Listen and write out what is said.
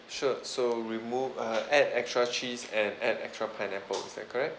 sure so remove uh add extra cheese and add extra pineapple is that correct